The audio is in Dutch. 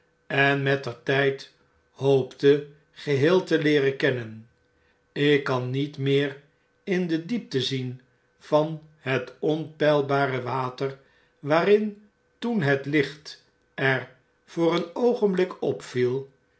en mettertp hoopte geheel te leeren kennen ik kan niet meer in de diepte zien van het onpeilbare water waarin toen het licht er voor een oogenblik